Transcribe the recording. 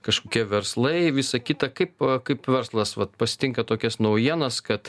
kažkokie verslai visa kita kaip kaip verslas vat pasitinka tokias naujienas kad